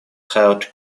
held